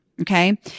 Okay